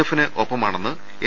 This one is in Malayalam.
എഫിന് ഒപ്പമാണെന്ന് എൻ